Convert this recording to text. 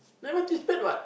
like what she said what